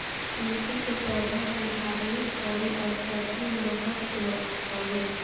तुलसी के पौधा के धार्मिक अउरी औषधीय महत्व हवे